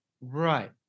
Right